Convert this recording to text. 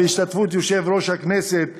בהשתתפות יושב-ראש הכנסת ושרים,